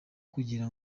kugira